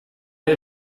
you